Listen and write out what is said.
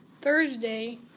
Thursday